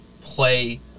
play